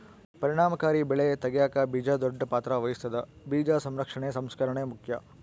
ಪರಿಣಾಮಕಾರಿ ಬೆಳೆ ತೆಗ್ಯಾಕ ಬೀಜ ದೊಡ್ಡ ಪಾತ್ರ ವಹಿಸ್ತದ ಬೀಜ ಸಂರಕ್ಷಣೆ ಸಂಸ್ಕರಣೆ ಮುಖ್ಯ